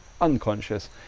unconscious